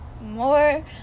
more